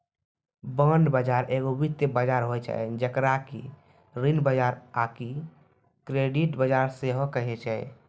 bond बजार एगो वित्तीय बजार होय छै जेकरा कि ऋण बजार आकि क्रेडिट बजार सेहो कहै छै